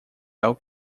algo